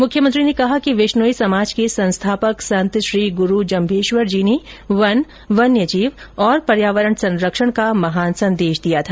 मुख्यमंत्री ने कहा कि विश्नोई समाज के संस्थापक संत श्री गुरू जम्मेश्वरजी ने वन वन्य जीव और पर्यावरण संरक्षण का महान संदेश दिया था